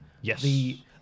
yes